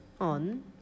on